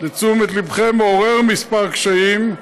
לתשומת ליבכם, מעורר כמה קשיים,